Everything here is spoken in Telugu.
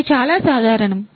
ఇవి చాలా సాధారణం